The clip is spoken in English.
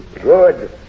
Good